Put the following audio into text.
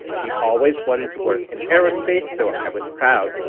she always wanted to work in aerospace. so i was proud.